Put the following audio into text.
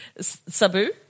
Sabu